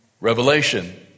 revelation